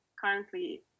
currently